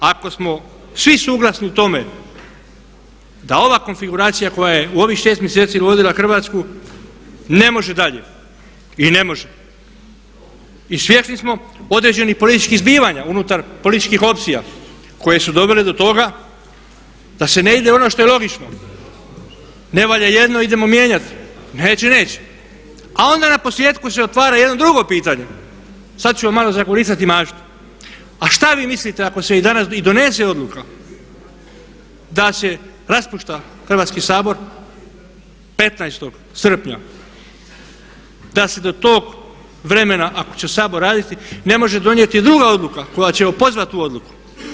Ako smo svi suglasni tome da ova konfiguracija koja je u ovih 6 mjeseci vodila Hrvatsku ne može dalje, i ne može, i svjesni smo određenih političkih zbivanja unutar političkih opcija koje su dovele do toga da se ne ide u ono što je logično, ne valja jedno i idemo mijenjati, neće, neće a onda naposljetku se otvara jedno drugo pitanje, sad ću vam malo zagolicati maštu, a što vi mislite ako se danas i donese odluka da se raspušta Hrvatski sabor 15. srpnja da se do tog vremena ako će Sabor raditi ne može donijeti druga odluka koja će opozvati tu odluku.